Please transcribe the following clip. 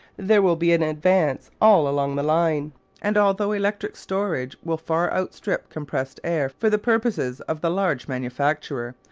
there will be an advance all along the line and although electric storage will far outstrip compressed air for the purposes of the large manufacturer,